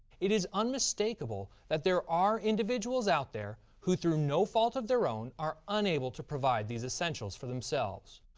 it is unmistakable that there are individuals out there who, through no fault of their own, are unable to provide these essentials for themselves.